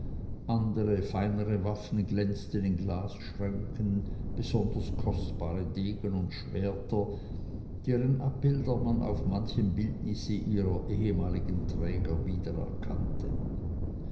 andere feinere waffen glänzten in glasschränken besonders kostbare degen und schwerter deren abbilder man auf manchem bildnisse ihrer ehemaligen träger wiedererkannte